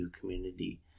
community